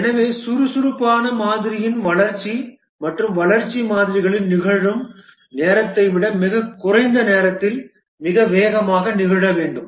எனவே சுறுசுறுப்பான மாதிரியின் வளர்ச்சி மற்ற வளர்ச்சி மாதிரிகளில் நிகழும் நேரத்தை விட மிகக் குறைந்த நேரத்தில் மிக வேகமாக நிகழ வேண்டும்